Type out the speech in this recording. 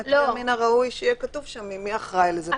מן הראוי שיהיה כתוב שם מי אחראי על זה ומי מפקח על זה.